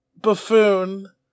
Buffoon